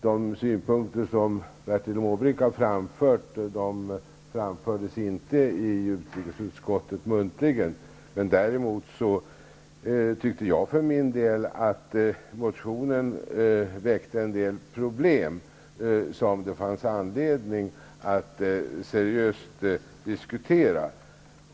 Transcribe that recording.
De synpunkter som Bertil Måbrink nu har framfört kom inte till uttryck muntligen i utskottet. Däremot tycker jag att motionen tog upp en del problem som det finns anledning att seriöst diskutera.